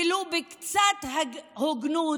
ולו בקצת הוגנות,